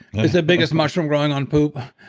is the biggest mushroom growing on poop.